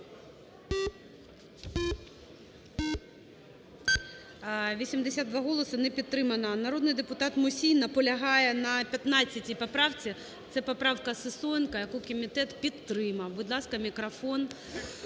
За-82 Не підтримана. Народний депутат Мусій наполягає на 15 поправці. Це поправка Сисоєнка, яку комітет підтримав. Будь ласка, мікрофон